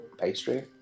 pastry